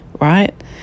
right